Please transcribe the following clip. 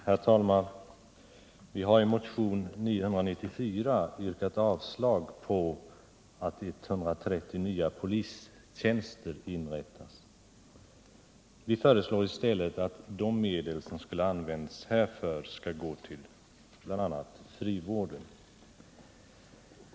Herr talman! Vi har i motionen 994 yrkat avslag på förslaget att 130 nya polistjänster skall inrättas. Vi föreslår i stället att de medel som skulle ha använts härför skall gå till bl.a. frivården.